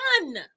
done